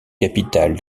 capital